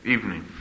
Evening